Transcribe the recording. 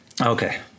Okay